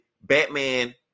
batman